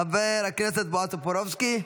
חבר הכנסת בועז טופורובסקי,